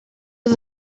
was